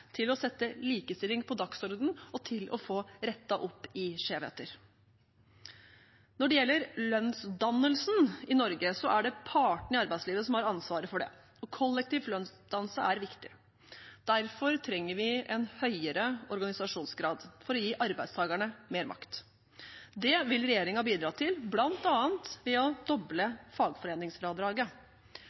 til å sette likestilling på dagsordenen og til å få rettet opp i skjevheter. Når det gjelder lønnsdannelsen i Norge, er det partene i arbeidslivet som har ansvaret for det. Kollektiv lønnsdannelse er viktig. Derfor trenger vi en høyere organisasjonsgrad for å gi arbeidstakerne mer makt. Det vil regjeringen bidra til bl.a. ved å doble fagforeningsfradraget.